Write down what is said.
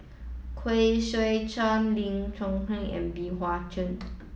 Khoo Swee Chiow Lee and Bey Hua Heng